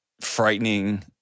frightening